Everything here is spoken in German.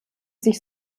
sich